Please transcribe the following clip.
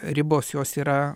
ribos jos yra